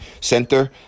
Center